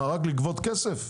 מה, רק לגבות כסף?